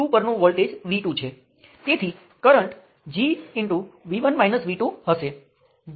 તેથી આપણે આ સર્કિટ માટે ત્રણ લૂપ સમીકરણ લખવાની જરૂર છે